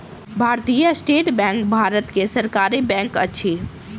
भारतीय state bank भारत के सरकारी बैंक अछि